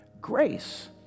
grace